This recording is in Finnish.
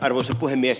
arvoisa puhemies